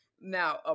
Now